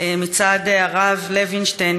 מצד הרב לוינשטיין,